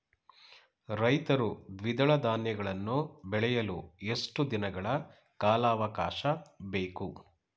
ರೈತರು ದ್ವಿದಳ ಧಾನ್ಯಗಳನ್ನು ಬೆಳೆಯಲು ಎಷ್ಟು ದಿನಗಳ ಕಾಲಾವಾಕಾಶ ಬೇಕು?